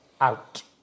out